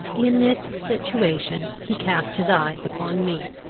in this situation he cast his eyes upon me.